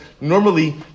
normally